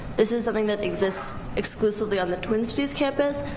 this is something that exists exclusively on the twin cities campus,